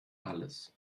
alles